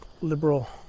liberal